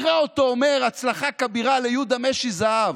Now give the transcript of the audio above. נראה אותו אומר "הצלחה כבירה" ליהודה משי זהב,